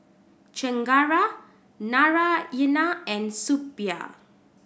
Chengara Naraina and Suppiah